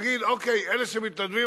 להגיד: אלה שמתנדבים,